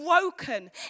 broken